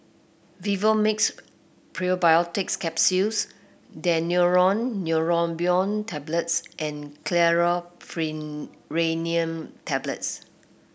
Vivomixx Probiotics Capsule Daneuron Neurobion Tablets and Chlorpheniramine Tablets